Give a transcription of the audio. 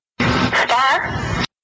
Star